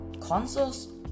Consoles